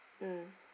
mm